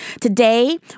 Today